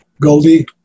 Goldie